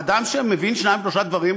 אדם שמבין שניים-שלושה דברים,